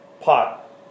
pot